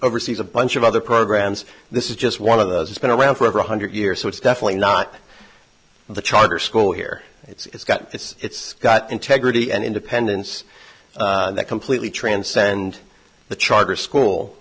oversees a bunch of other programs this is just one of those it's been around for over one hundred years so it's definitely not the charter school here it's got it's got integrity and independence that completely transcend the charter school